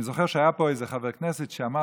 אני זוכר שהיה פה איזה חבר הכנסת שאמר